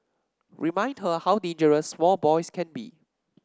remind her how dangerous small boys can be